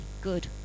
good